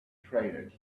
trainers